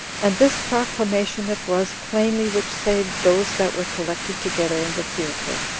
and this proclamation it was plainly which saved those that were collected together in the theater,